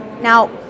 Now